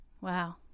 Wow